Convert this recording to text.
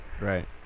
Right